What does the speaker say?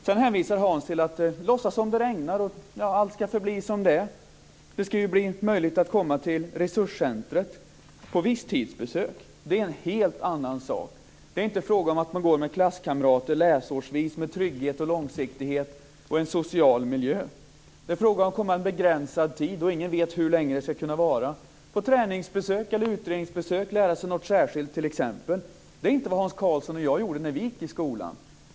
Sedan låtsas Hans som det regnar och hänvisar till att allt ska bli som det är. Det ska ju bli möjligt att komma till resurscentrumet på visstidsbesök. Men det är en helt annan sak! Det är då inte fråga om att man går med klasskamrater läsårsvis med trygghet och långsiktighet i en social miljö. Då är det fråga om att komma under en begränsad tid - ingen vet hur länge det kan vara - och på träningsbesök eller utredningsbesök lära sig något särskilt t.ex. Det är inte vad Hans Karlsson och jag gjorde när vi gick i skolan.